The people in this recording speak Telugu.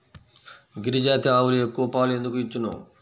గిరిజాతి ఆవులు ఎక్కువ పాలు ఎందుకు ఇచ్చును?